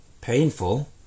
Painful